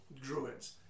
druids